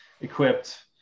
equipped